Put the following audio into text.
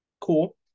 cool